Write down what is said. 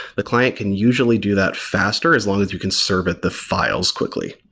the client can usually do that faster as long as you can serve at the files quickly.